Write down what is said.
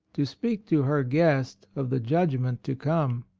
to speak to her guest of the judgment to come.